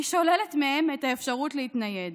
היא שוללת מהם את האפשרות להתנייד,